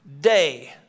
day